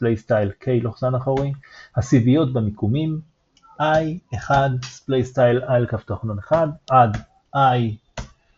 k הסיביות במיקומים i 1 \displaystyle i_{1} עד i ℓ